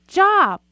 job